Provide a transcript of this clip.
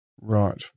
Right